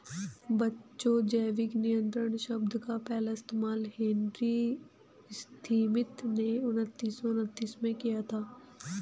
बच्चों जैविक नियंत्रण शब्द का पहला इस्तेमाल हेनरी स्मिथ ने उन्नीस सौ उन्नीस में किया था